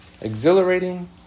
exhilarating